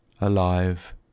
alive